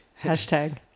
hashtag